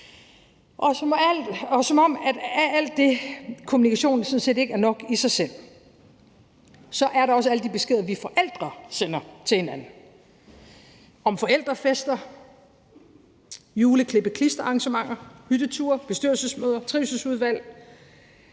Som om al den kommunikation ikke var nok i sig selv, er der også alle de beskeder, vi forældre sender til hinanden, om forældrefester, jule-klippe-klistre-arrangementer, hytteture, bestyrelsesmøder og trivselsudvalg.